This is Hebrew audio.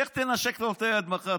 לך תנשק לו את היד מחר,